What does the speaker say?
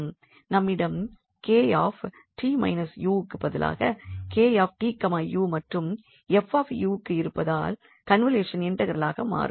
நம்மிடம் 𝐾𝑡 − 𝑢க்கு பதிலாக 𝐾𝑡 𝑢மற்றும் 𝑓𝑢க்கு இருப்பதால் கண்வொலுஷன் இன்டெக்ரலாக மாறும்